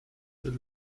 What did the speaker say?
still